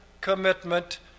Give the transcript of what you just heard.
commitment